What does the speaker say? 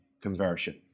conversion